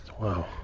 Wow